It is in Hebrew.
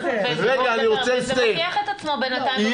אבל עכשיו אתם --- זה הוכיח את עצמו בינתיים במקומות האלה.